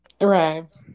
Right